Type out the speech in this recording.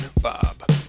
Bob